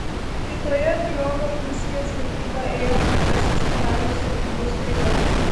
kitoje griovio pusėje sargybą ėjo antrasis karaliaus sargybos riteris